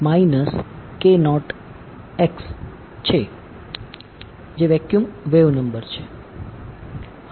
તેથી ફોર્મ છે vacuum wave number